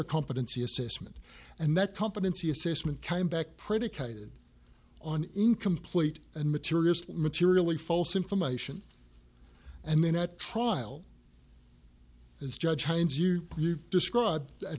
a competency assessment and that competency assessment came back predicated on incomplete and material materially false information and then at trial as judge hines you described a